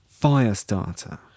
Firestarter